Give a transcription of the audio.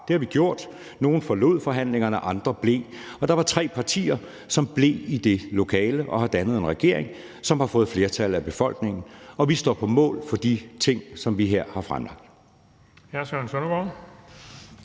Det har vi gjort. Nogle forlod forhandlingerne, andre blev. Og der var tre partier, som blev i det lokale og har dannet en regering, som har fået et flertal af befolkningen. Og vi står på mål for de ting, som vi her har fremlagt.